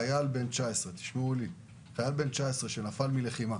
חייל בן 19 שנפל מלחימה